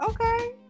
okay